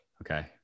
Okay